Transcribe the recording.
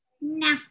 no